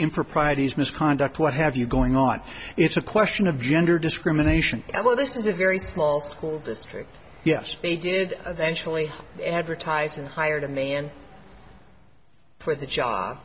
improprieties misconduct what have you going on it's a question of gender discrimination well this is a very small school district yes they did eventually advertise in higher demand for the job